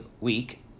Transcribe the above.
week